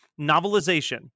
Novelization